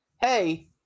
hey